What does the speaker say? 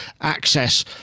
access